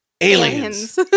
Aliens